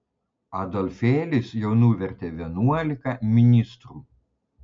adolfėlis jau nuvertė vienuolika ministrų